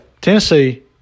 Tennessee